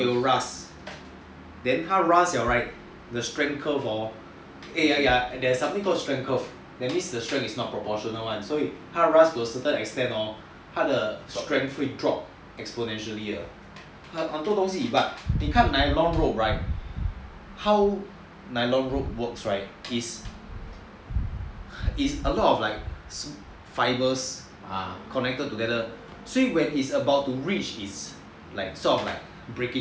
it will rust then 他 rust liao right the strength curve hor eh ya there's something called strength curve that means the strength is not proportionate so 他的 rust to a certain extent hor 他的 strength 会 drop exponentially leh 很多东西 but 你看 nylon rope right how nylon rope works is a lot of like fibres connected together so when it's about to reach its sort of like breaking point hor